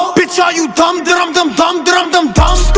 bitch, are you dumb-d-dumb-dumb-dumb-d-dumb-dumb-dumb?